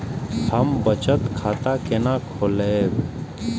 हम बचत खाता केना खोलैब?